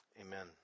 Amen